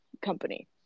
company